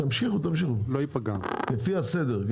תמשיכו לפי הסדר.